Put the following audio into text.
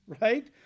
right